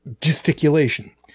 gesticulation